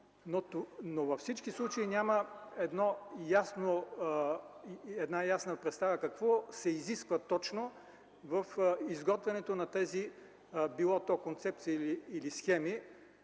Във всички случаи няма ясна представа какво се изисква точно в изготвянето на тези концепции или схеми,